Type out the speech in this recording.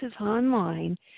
online